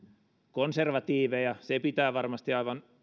konservatiiveja se pitää varmasti aivan